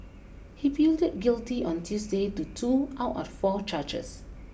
he pleaded guilty on Tuesday to two out of four charges